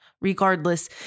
Regardless